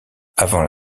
avant